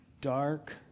dark